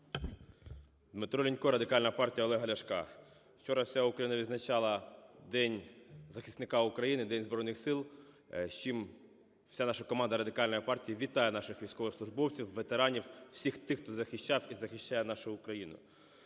Дмитро Лінько, Радикальна партія Олега Ляшка. Вчора вся Україна відзначала День захисника України, День Збройних Сил, з чим вся наша команда Радикальної партії вітає наших військовослужбовців, ветеранів, всіх тих, хто захищав і захищає нашу Україну.